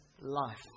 life